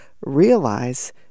realize